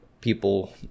people